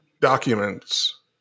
documents